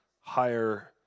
higher